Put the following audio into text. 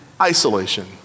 isolation